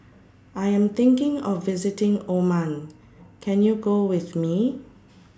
I Am thinking of visiting Oman Can YOU Go with Me